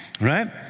Right